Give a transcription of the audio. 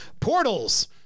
Portals